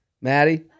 Maddie